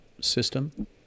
system